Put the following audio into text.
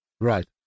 right